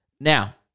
Now